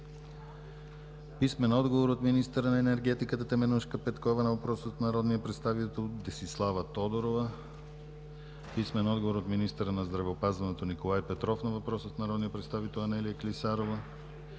Александрова; - министъра на енергетиката Теменужка Петкова на въпрос от народния представител Десислава Тодорова; - министъра на здравеопазването Николай Петров на въпрос от народния представител Анелия Клисарова;